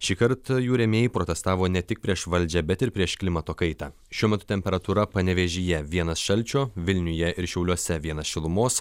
šįkart jų rėmėjai protestavo ne tik prieš valdžią bet ir prieš klimato kaitą šiuo metu temperatūra panevėžyje vienas šalčio vilniuje ir šiauliuose vienas šilumos